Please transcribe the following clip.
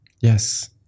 Yes